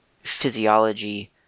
physiology